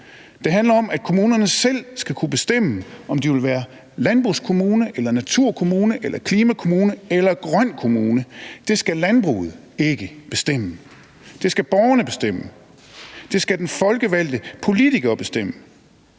Det handler om, at kommunerne selv skal kunne bestemme, om de vil være landbrugskommune, naturkommune, klimakommune eller grøn kommune. Det skal landbruget ikke bestemme. Det skal borgerne bestemme. Det skal den folkevalgte politiker bestemme.